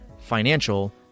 financial